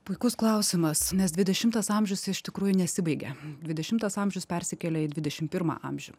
puikus klausimas nes dvidešimtas amžius iš tikrųjų nesibaigia dvidešimtas amžius persikelia į dvidešim pirmą amžių